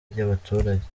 y’abaturage